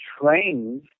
trained